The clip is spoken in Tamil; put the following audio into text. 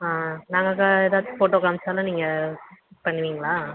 ஆ நாங்கள் க ஏதாச்சும் ஃபோட்டோ காமித்தாலும் நீங்கள் பண்ணுவீங்களா